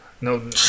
no